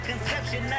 Conception